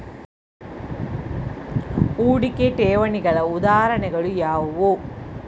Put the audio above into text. ಹೂಡಿಕೆ ಠೇವಣಿಗಳ ಉದಾಹರಣೆಗಳು ಯಾವುವು?